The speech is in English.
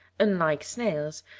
unlike snails,